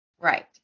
right